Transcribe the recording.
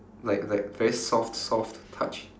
like like very soft soft touch